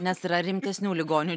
nes yra rimtesnių ligonių